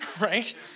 Right